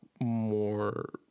more